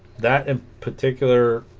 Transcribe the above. that in particular